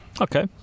okay